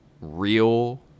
real